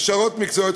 הכשרות מקצועיות,